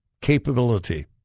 capability